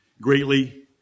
greatly